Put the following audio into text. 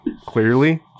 Clearly